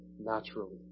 naturally